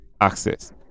access